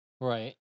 Right